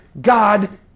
God